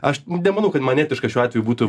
aš nemanau kad man etiška šiuo atveju būtų